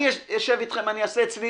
אני אשב איתכם, אני אעשה אצלי